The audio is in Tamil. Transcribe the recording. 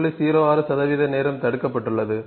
06 நேரம் தடுக்கப்பட்டுள்ளது